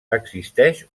existeix